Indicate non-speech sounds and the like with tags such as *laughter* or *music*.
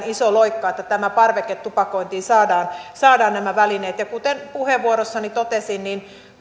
*unintelligible* iso loikka että parveketupakointiin saadaan saadaan nämä välineet kuten puheenvuorossani totesin